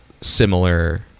similar